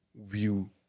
view